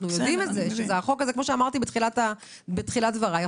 כפי שאמרתי בתחילת דבריי,